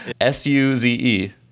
S-U-Z-E